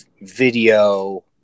video